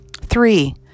Three